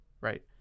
right